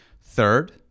Third